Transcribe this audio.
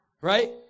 Right